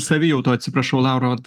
savijautoj atsiprašau laura vat